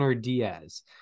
Diaz